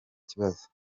kibazo